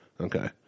Okay